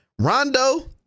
Rondo